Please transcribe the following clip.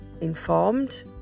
informed